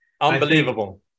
Unbelievable